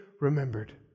remembered